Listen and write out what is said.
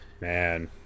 Man